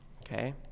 okay